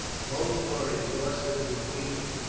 both were exhausted with weeping.